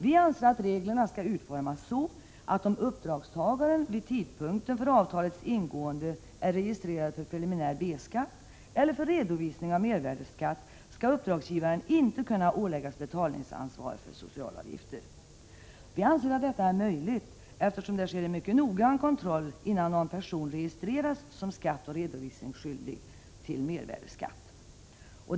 Vi anser att reglerna skall utformas så, att om uppdragstagaren vid tidpunkten för avtalets ingående är registrerad för preliminär B-skatt eller för redovisning av mervärdeskatt skall uppdragsgivaren inte kunna åläggas betalningsansvar för socialavgifter. Vi anser att detta är möjligt, eftersom det sker en mycket noggrann kontroll innan någon person registreras som skattoch redovisningsskyldig till mervärdeskatt.